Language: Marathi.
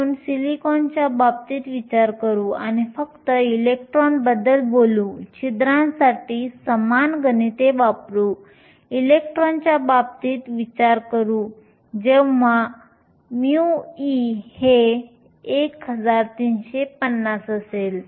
म्हणून सिलिकॉनच्या बाबतीत विचार करू आणि आपण फक्त इलेक्ट्रॉन बद्दल बोलू आणि छिद्रांसाठी समान गणिते वापरू सिलिकॉनच्या बाबतीत विचार करू जेव्हा μe हे 1350 असेल